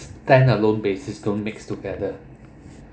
stand alone basis don't mix together